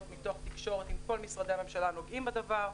מתוך תקשורת עם כל משרדי ממשלה הנוגעים בדבר.